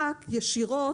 אדוני היושב ראש,